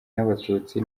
n’abatutsi